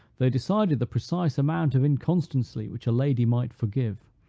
they decided the precise amount of inconstancy which a lady might forgive,